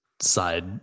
side